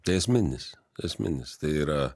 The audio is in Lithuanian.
tai esminis esminis tai yra